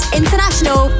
international